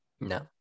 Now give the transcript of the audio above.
No